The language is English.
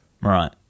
Right